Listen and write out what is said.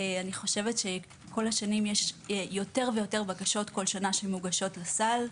אלא כי כל שנה יש יותר ויותר בקשות שמוגשות לסל.